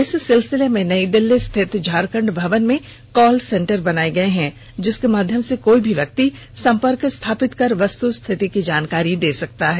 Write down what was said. इस सिलसिले में नई दिल्ली स्थित झारखंड भवन में कॉल सेंटर बनाए गए है जिसके माध्यम से कोई भी व्यक्ति संर्पक स्थापित कर वस्तु स्थिति की जानकारी दे सकता है